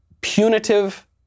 Punitive